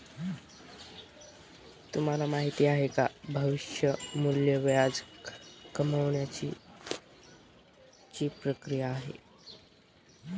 तुम्हाला माहिती आहे का? भविष्य मूल्य व्याज कमावण्याची ची प्रक्रिया आहे